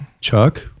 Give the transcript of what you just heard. Chuck—